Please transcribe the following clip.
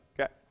okay